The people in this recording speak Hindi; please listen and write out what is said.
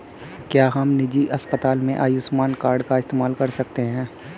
क्या हम निजी अस्पताल में आयुष्मान कार्ड का इस्तेमाल कर सकते हैं?